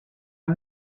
are